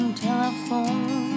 telephone